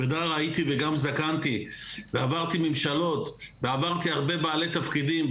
נער הייתי וגם זקנתי ועברתי ממשלות ועברתי הרבה בעלי תפקידים,